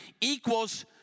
equals